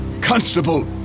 Constable